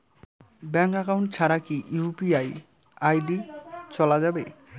Bank account ছাড়া কি UPI ID চোলা যাবে?